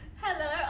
Hello